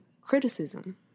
criticism